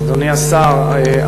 אדוני השר,